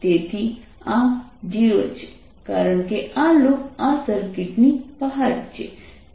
3IRI20 તેથી આ 0 છે કારણ કે આ લૂપ આ સર્કિટ ની બહાર છે